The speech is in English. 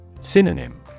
Synonym